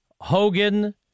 Hogan